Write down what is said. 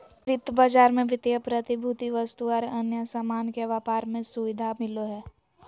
वित्त बाजार मे वित्तीय प्रतिभूति, वस्तु आर अन्य सामान के व्यापार के सुविधा मिलो हय